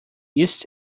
east